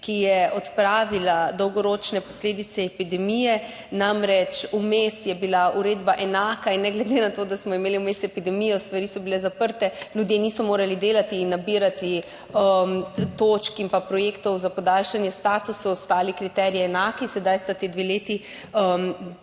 ki je odpravila dolgoročne posledice epidemije. Namreč, vmes je bila uredba enaka in ne glede na to, da smo imeli vmes epidemijo, so bile stvari zaprte, ljudje niso mogli delati in nabirati točk in projektov za podaljšanje statusa, so kriteriji ostali enaki, sedaj sta ti dve leti,